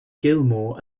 gilmour